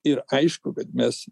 ir aišku bet mes